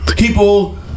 People